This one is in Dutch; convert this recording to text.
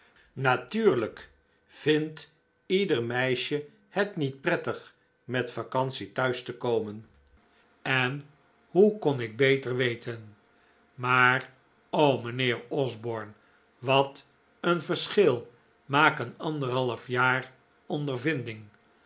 natuurlijk vindt ieder meisje het niet prettig met vacantie thuis te komen en hoe kon ik beter weten